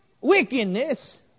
wickedness